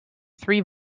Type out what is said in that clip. three